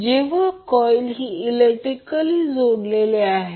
जेथे कॉइल ही इलेक्ट्रिकलली जोडलेली आहे